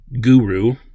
guru